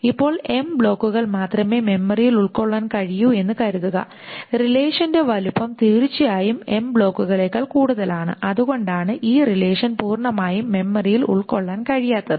ഇപ്പോൾ ബ്ലോക്കുകൾ മാത്രമേ മെമ്മറിയിൽ ഉൾക്കൊള്ളാൻ കഴിയൂ എന്ന് കരുതുക റിലേഷന്റെ വലുപ്പം തീർച്ചയായും ബ്ലോക്കുകളേക്കാൾ കൂടുതലാണ് അതുകൊണ്ടാണ് ഈ റിലേഷൻ പൂർണമായും മെമ്മറിയിൽ ഉൾക്കൊള്ളാൻ കഴിയാത്തത്